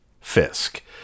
Fisk